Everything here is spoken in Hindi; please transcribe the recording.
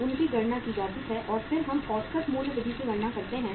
उनकी गणना की जाती है और फिर हम औसत मूल्य विधि की गणना करते हैं